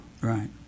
Right